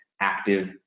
active